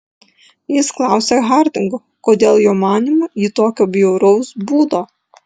jis klausia hardingo kodėl jo manymu ji tokio bjauraus būdo